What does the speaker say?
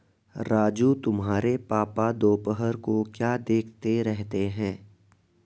राजू तुम्हारे पापा दोपहर को क्या देखते रहते हैं?